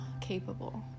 capable